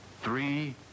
three